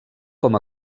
com